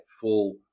full